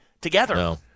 together